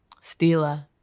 Stila